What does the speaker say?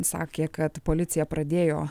sakė kad policija pradėjo